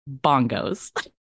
bongos